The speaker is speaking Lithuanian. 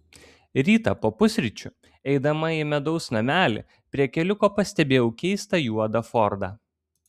rytą po pusryčių eidama į medaus namelį prie keliuko pastebėjau keistą juodą fordą